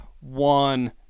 One